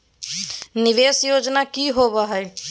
निवेस योजना की होवे है?